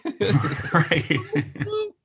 Right